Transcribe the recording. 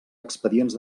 expedients